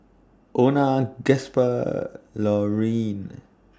Ona Gasper Laurene